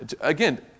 again